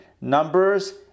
numbers